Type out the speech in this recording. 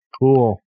cool